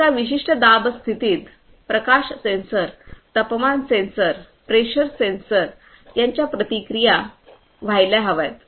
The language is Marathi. एका विशिष्ट दाब स्थितीत प्रकाश सेन्सर तापमान सेन्सर प्रेशर सेन्सर यांच्या प्रतिक्रियां व्हायला हव्यात